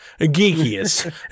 geekiest